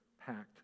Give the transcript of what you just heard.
packed